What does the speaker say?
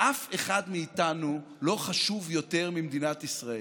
אף אחד מאיתנו לא חשוב יותר ממדינת ישראל.